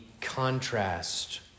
contrast